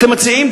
אתם מציעים,